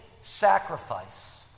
sacrifice